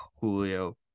Julio